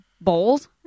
bowls